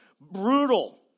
brutal